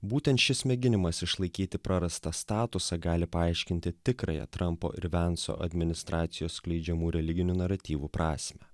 būtent šis mėginimas išlaikyti prarastą statusą gali paaiškinti tikrąją trampo ir vianco administracijos skleidžiamų religinių naratyvų prasmę